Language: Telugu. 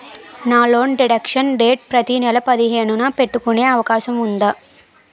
నా లోన్ డిడక్షన్ డేట్ ప్రతి నెల పదిహేను న పెట్టుకునే అవకాశం ఉందా?